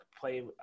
play